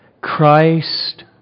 Christ